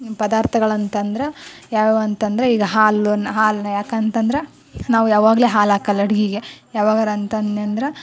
ಪದಾರ್ಥಗಳು ಅಂತಂದ್ರೆ ಯಾವ್ಯಾವ ಅಂತಂದರೆ ಈಗ ಹಾಲನ್ನ ಹಾಲನ್ನ ಯಾಕಂತಂದ್ರೆ ನಾವು ಯಾವಾಗಲೂ ಹಾಲು ಹಾಕೋಲ್ಲ ಅಡುಗೆಗೆ ಯಾವಾಗರಂತ ಅಂದೆನಂದ್ರ